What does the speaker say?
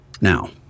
now